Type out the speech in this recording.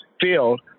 field